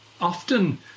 Often